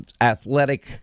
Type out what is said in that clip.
athletic